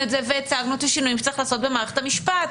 הצגנו את השינויים שצריך לעשות במערכת המשפט.